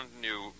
new